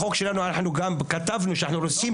בחוק שלנו אנחנו גם כתבנו שאנחנו רוצים